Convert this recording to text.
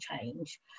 change